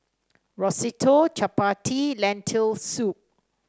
Risotto Chapati Lentil Soup